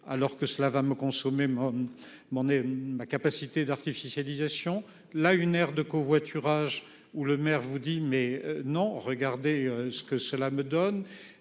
alors que cela va me consommer. Mon et la capacité d'artificialisation là, une aire de covoiturage ou le maire vous dit mais non, regardez ce que cela me donne.